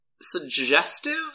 suggestive